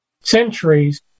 centuries